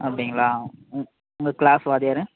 அப்படிங்ளா உங்கள் கிளாஸ் வாத்தியார்